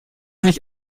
nicht